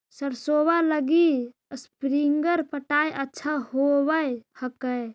सरसोबा लगी स्प्रिंगर पटाय अच्छा होबै हकैय?